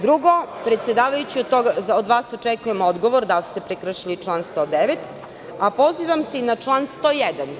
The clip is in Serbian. Drugo, predsedavajući od vas očekujem odgovor da li ste prekršili član 109. a pozivam se i na član 101.